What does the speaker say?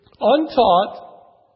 untaught